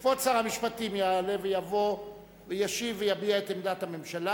כבוד שר המשפטים יעלה ויבוא וישיב ויביע את עמדת הממשלה.